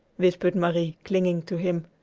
whispered marie clinging to him,